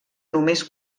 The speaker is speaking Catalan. només